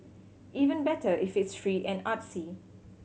even better if it's free and artsy